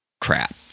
crap